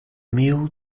mule